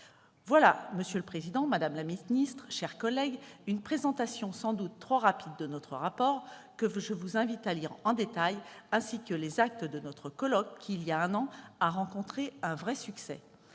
Voilà, monsieur le président, madame la secrétaire d'État, mes chers collègues, une présentation sans doute trop rapide de notre rapport que je vous invite à lire en détail, ainsi que les actes de notre colloque qui a, voilà un an, rencontré un vrai succès.